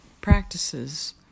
practices